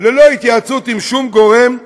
ללא התייעצות עם שום גורם,